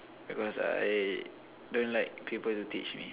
because I don't like people to teach me